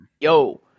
yo